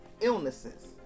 illnesses